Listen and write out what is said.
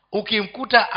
ukimkuta